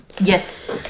Yes